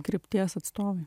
krypties atstovai